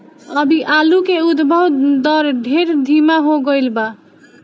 अभी आलू के उद्भव दर ढेर धीमा हो गईल बा